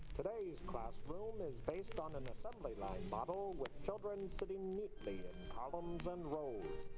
today's classroom is based on an assembly line model with children sitting neatly in columns and rows.